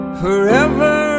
forever